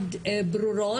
מאוד ברורות.